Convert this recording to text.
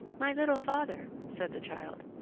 my little father, said the child,